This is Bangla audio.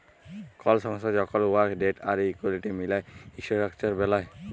কল সংস্থা যখল উয়ার ডেট আর ইকুইটি মিলায় ইসট্রাকচার বেলায়